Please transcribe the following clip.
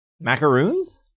Macaroons